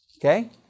Okay